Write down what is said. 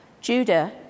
Judah